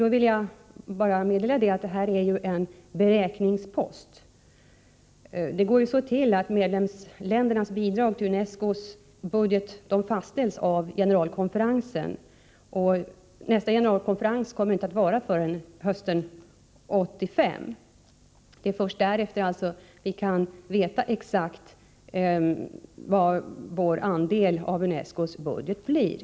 Jag vill i detta sammanhang säga att detta bara är en beräknings Tisdagen den post. Medlemsländernas bidrag till UNESCO:s budget fastställs av generai — 15 januari 1985 konferensen. Nästa generalkonferens kommer inte att hållas förrän hösten 1985. Först därefter vet vi exakt hur stor vår andel av UNESCO:s budget blir.